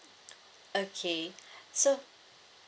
okay so